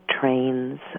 trains